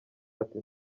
ati